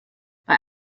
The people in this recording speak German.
bei